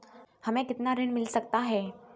हमें कितना ऋण मिल सकता है?